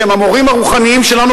שהם המורים הרוחניים שלנו,